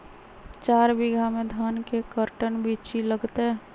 चार बीघा में धन के कर्टन बिच्ची लगतै?